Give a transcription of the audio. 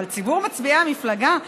אבל ציבור מצביעי המפלגה?